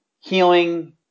healing